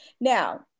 Now